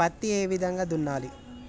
పత్తిని ఏ విధంగా దున్నాలి?